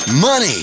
Money